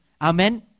Amen